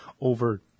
over